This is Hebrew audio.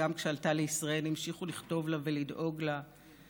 וגם כשעלתה לישראל המשיכו לכתוב לה ולדאוג לה.